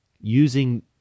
Using